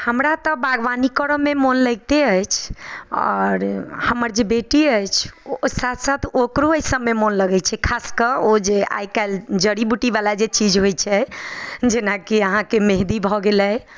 हमरा तऽ बागबानी करऽ मे मोन लगिते अछि आओर हमर जे बेटी अछि ओ साथ साथ ओकरो एहि सभमे मोन लगै छै खास कऽ ओ जे आइ कल्हि जड़ी बुटी बला जे चीज होइ छै जेनाकि अहाँके मेंहदी भऽ गेलै